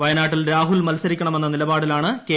വയനാട്ടിൽ രാഹുൽ മത്സരിക്കണമെന്ന നിലപാടിലാണ് കെ